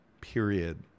period